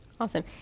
Awesome